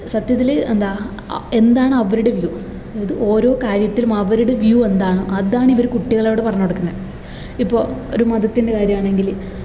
സത്യത്തില് എന്താ എന്താണ് അവരുടെ വ്യൂ ഇത് ഓരോ കാര്യത്തിലും അവരുടെ വ്യൂ എന്താണ് അതാണ് ഇവര് കുട്ടികളോട് പറഞ്ഞു കൊടുക്കുന്നത് ഇപ്പോൾ ഒരു മതത്തിൻ്റെ കാര്യമാണെങ്കില്